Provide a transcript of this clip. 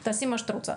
לא משנה מה היא תעשה.